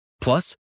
Plus